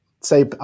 say